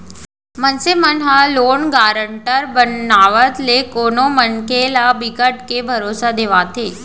मनसे मन ह लोन गारंटर बनावत ले कोनो मनखे ल बिकट के भरोसा देवाथे